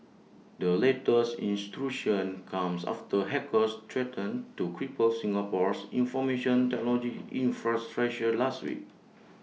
the latest intrusion comes after hackers threatened to cripple Singapore's information technology infrastructure last week